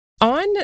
on